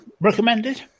Recommended